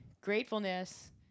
gratefulness